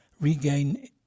regain